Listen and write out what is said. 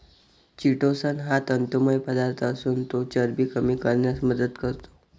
chitosan हा तंतुमय पदार्थ असून तो चरबी कमी करण्यास मदत करतो